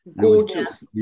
Gorgeous